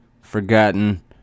forgotten